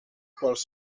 quals